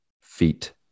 feet